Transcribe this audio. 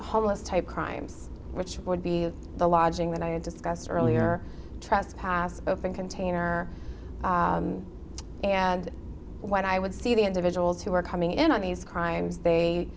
homeless type crimes which would be of the lodging that i had discussed earlier trespass open container and what i would see the individuals who were coming in on these crimes they